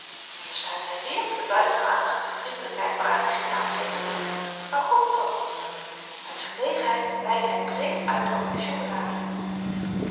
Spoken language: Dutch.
hier stuitte hy weer op de bovenmatige vriendelykheid waaraan i geen naam geven kon waarom toch uit verlegenheid weidde hy breed uit over de chokolade